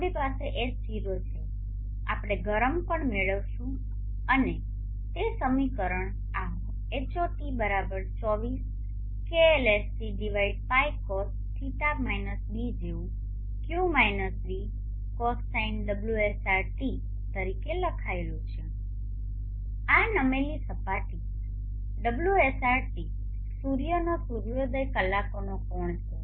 આપણી પાસે H0 છે આપણે ગરમ પણ મેળવીશું અને તે સમીકરણ આ Hot 24 kLSC Π Cos ϕ ß જેવું Q-B Cos Sin ωsrt તરીકે લખાયેલું છે આ નમેલી સપાટી ωsrt સૂર્યનો સૂર્યોદય કલાકોનો કોણ છે